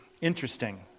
interesting